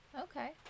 Okay